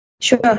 Sure